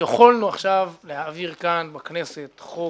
יכולנו עכשיו להעביר כאן בכנסת חוק